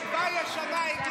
הינה, הגיע, תקווה ישנה הגיעה.